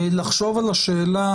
לחשוב על השאלה,